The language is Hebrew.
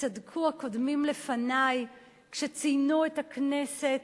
צדקו הקודמים לפני כשציינו את הכנסת